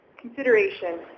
consideration